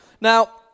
Now